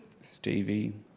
Stevie